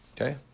Okay